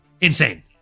Insane